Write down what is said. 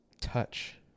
touch